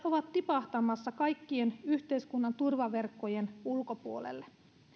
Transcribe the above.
ovat tipahtamassa kaikkien yhteiskunnan turvaverkkojen ulkopuolelle